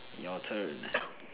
your turn